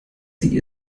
sie